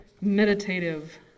meditative